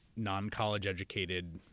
non-college educated,